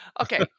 okay